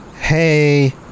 hey